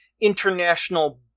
International